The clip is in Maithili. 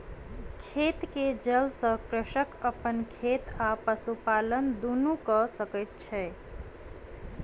खेत के जल सॅ कृषक अपन खेत आ पशुपालन दुनू कय सकै छै